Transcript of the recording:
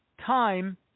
time